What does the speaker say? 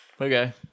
Okay